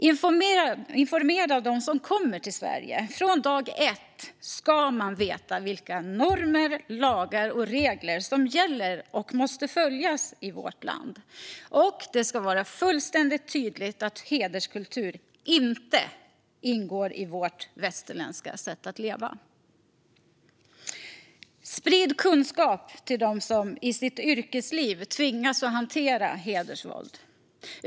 Informera dem som kommer till Sverige. Från dag ett ska man veta vilka normer, lagar och regler som gäller och måste följas i vårt land. Det ska vara fullständigt tydligt att hederskultur inte ingår i vårt västerländska sätt att leva. Sprid kunskap till dem som i sitt yrkesliv tvingas att hantera hedersvåld.